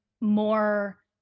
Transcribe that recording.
more